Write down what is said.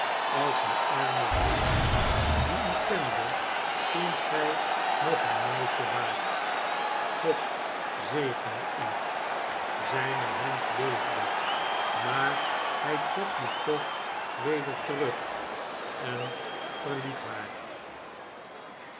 als een arme vriend die u kende toen gij nogeenmeisje waart god zegene u zijne hand beefde maar hij trok die toch weder terug en verliet haar